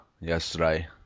Yesterday